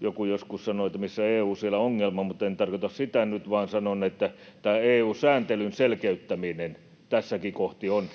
Joku joskus sanoi, että missä EU, siellä ongelma, mutta en tarkoita sitä nyt, vaan sanon, että tämä EU-sääntelyn selkeyttäminen tässäkin kohtaa, kun